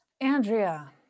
Andrea